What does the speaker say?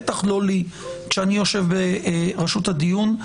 בטח לא לי כשאני יושב בראשות הדיון,